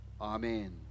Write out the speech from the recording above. Amen